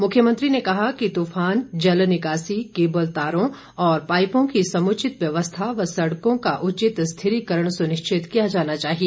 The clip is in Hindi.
मुख्यमंत्री ने कहा कि तूफान जल निकासी केबल तारों और पाईपों की समुचित व्यवस्था व सड़कों का उचित स्थिरीकरण सुनिश्चित किया जाना चाहिए